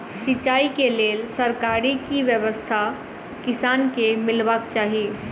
सिंचाई केँ लेल सरकारी की व्यवस्था किसान केँ मीलबाक चाहि?